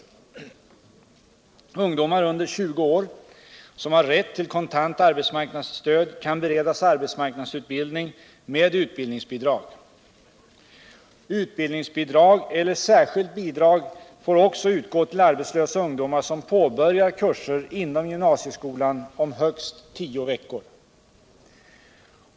Ungdomar under 20 år, som har rätt till kontant arbetsmarknadsstöd, kan beredas arbetsmarknadsutbildning med utbildninpgsbidrag. Utbildningsbi drag eller särskilt bidrag får också utgå ull arbetslösa ungdomar som påbörjar kurser inom gymnasieskolan om högst tio veckor.